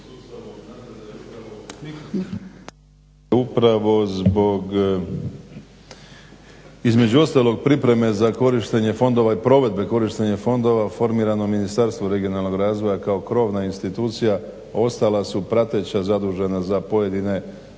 upravo zbog, između ostalog pripreme za korištenje fondova i provedbe korištenja fondova formirano Ministarstvo regionalnog razvoja kao krovna institucija. Ostala su prateća zadužena za pojedine